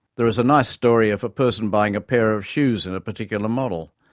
there is a nice story of a person buying a pair of shoes in a particular model,